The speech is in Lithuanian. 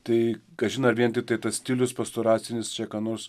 tai kažin ar vien tiktai tas stilius pastoracinis dekanus